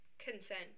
Consent